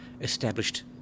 established